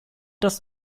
das